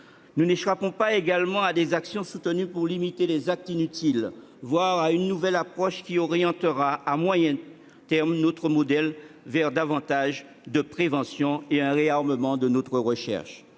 Nous n'échapperons pas également à des actions soutenues pour limiter les actes inutiles, voire à une nouvelle approche qui orientera, à moyen terme, notre modèle vers davantage de prévention et un réarmement de notre recherche.